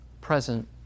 present